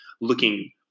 looking